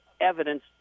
evidence